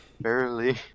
Barely